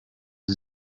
die